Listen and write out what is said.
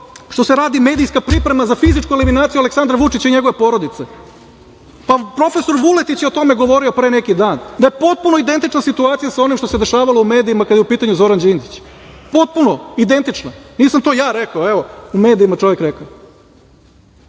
što se radi medijska priprema za fizičku eliminaciju Aleksandra Vučića i njegove porodice. Profesor Vuletić je o tome govorio pre neki dan, da je potpuno identična situacija sa onim što se dešavalo u medijima kada je u pitanju Zoran Đinđić. Potpuno identična. Nisam to ja rekao. Evo, u medijima čovek rekao